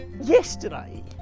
Yesterday